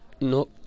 no